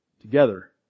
Together